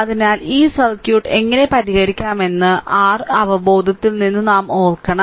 അതിനാൽ ഈ സർക്യൂട്ട് എങ്ങനെ പരിഹരിക്കാമെന്ന് r അവബോധത്തിൽ നിന്ന് നാം ഓർക്കണം